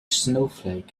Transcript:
snowflake